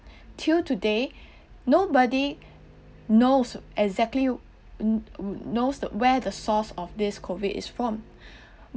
till today nobody knows exactly no~ knows where the source of this COVID is from